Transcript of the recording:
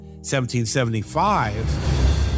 1775